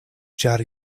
ĉar